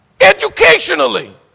educationally